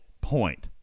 point